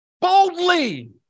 boldly